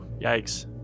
yikes